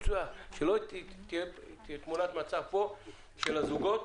שלא תצטייר פה תמונת מצב שמטפלים בזוגות